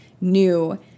new